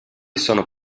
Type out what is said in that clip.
sono